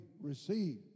receive